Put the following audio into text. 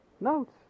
notes